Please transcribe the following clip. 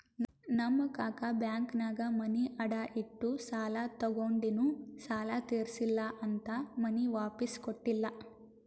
ನಮ್ ಕಾಕಾ ಬ್ಯಾಂಕ್ನಾಗ್ ಮನಿ ಅಡಾ ಇಟ್ಟು ಸಾಲ ತಗೊಂಡಿನು ಸಾಲಾ ತಿರ್ಸಿಲ್ಲಾ ಅಂತ್ ಮನಿ ವಾಪಿಸ್ ಕೊಟ್ಟಿಲ್ಲ